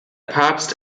papst